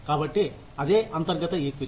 కాబట్టి అదే అంతర్గత ఈక్విటీ